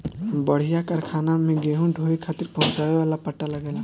बड़ियार कारखाना में गेहूं के ढोवे खातिर पहुंचावे वाला पट्टा लगेला